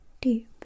deep